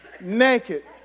naked